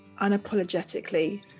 unapologetically